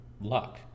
luck